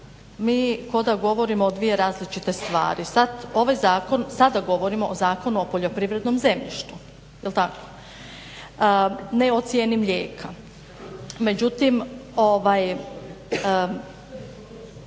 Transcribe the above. mi ko da govorimo o dvije različite stvari. Sada govorimo o Zakonu o poljoprivrednom zemljištu, jel' tako, ne o cijeni mlijeka. Međutim, do